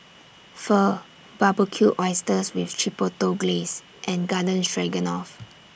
Pho Barbecued Oysters with Chipotle Glaze and Garden Stroganoff